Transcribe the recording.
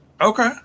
Okay